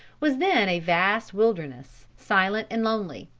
was then a vast wilderness, silent and lonely.